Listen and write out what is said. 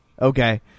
Okay